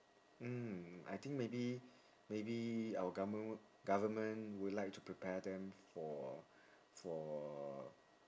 mm I think maybe maybe our govern~ government would like to prepare them for for